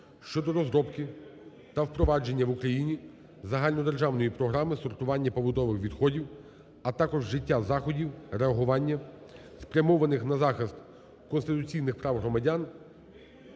щодо розробки та впровадження в Україні Загальнодержавної програми сортування побутових відходів, а також вжиття заходів реагування, спрямованих на захист конституційних прав громадян